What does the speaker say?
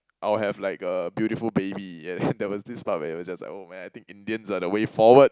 I will have like a beautiful baby yeah there was this part where it's just like oh man I think Indians are the way forward